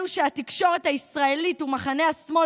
אלו שהתקשורת הישראלית ומחנה השמאל